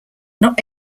not